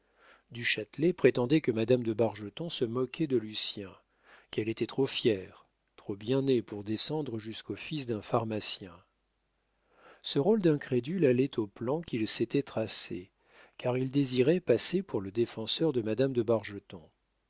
du châtelet prétendait que madame de bargeton se moquait de lucien qu'elle était trop fière trop bien née pour descendre jusqu'au fils d'un pharmacien ce rôle d'incrédule allait au plan qu'il s'était tracé car il désirait passer pour le défenseur de madame de